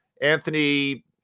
Anthony